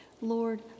Lord